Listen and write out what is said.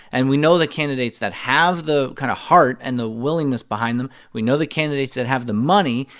and we know the candidates that have the kind of heart and the willingness behind them. we know the candidates that have the money,